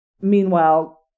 Meanwhile